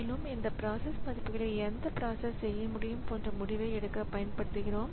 மேலும் இந்த பிராசஸ் மதிப்புகளை எந்த பிராசஸ் செய்ய முடியும் போன்ற முடிவை எடுக்க பயன்படுத்துகிறோம்